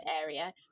area